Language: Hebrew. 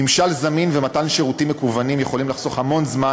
ממשל זמין ומתן שירותים מקוונים יכולים לחסוך המון זמן,